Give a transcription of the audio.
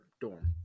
dorm